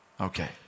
Okay